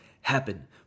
happen